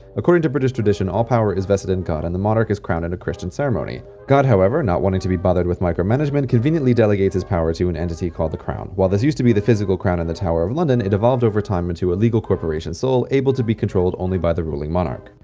according to british tradition all power is vested in god and the monarch is crowned in a christian ceremony. god, however, not wanting to be bothered with micromanagement, conveniently delegates his power his power to an entity called the crown. while this used to be the physical crown in the tower of london, it evolved, over time, into a legal corporation sole able to be controlled only by the ruling monarch.